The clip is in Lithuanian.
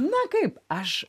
na kaip aš